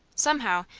somehow,